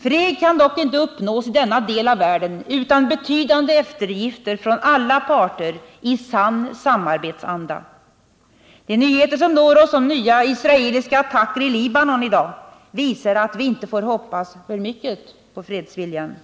Fred kan dock inte uppnås i denna del av världen utan betydande eftergifter från alla parter i sann samarbetsanda. De nyheter som når oss om nya israeliska attacker i Libanon i dag visar att vi inte får hoppas för mycket på fredsviljan.